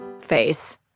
face